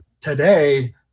today